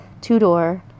two-door